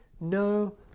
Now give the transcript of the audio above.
no